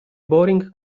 boring